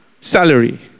salary